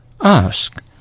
Ask